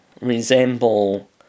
resemble